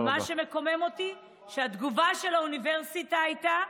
מה שמקומם אותי, שהתגובה של האוניברסיטה הייתה: